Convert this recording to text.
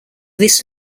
this